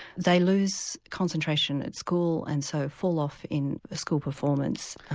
they lose concentration at school and so fall off in school performance.